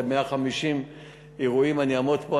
ל-150 אירועים אני אעמוד פה,